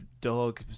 dog